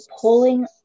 pulling